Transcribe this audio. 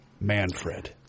Manfred